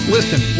Listen